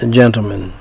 gentlemen